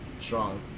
strong